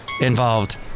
involved